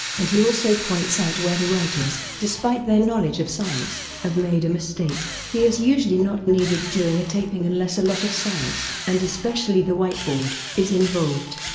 and he also points out where the writers, despite their knowledge of science, have made a mistake. he is usually not needed during a taping unless a lot of science, and especially the whiteboard, is involved.